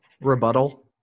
Rebuttal